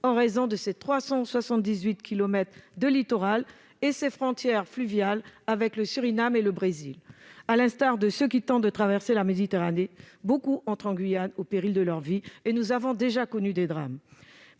en raison de ses 378 kilomètres de littoral et de ses frontières fluviales avec le Suriname et le Brésil. À l'instar de ceux qui tentent de traverser la Méditerranée, beaucoup de clandestins entrent en Guyane au péril de leur vie. Nous avons déjà connu des drames.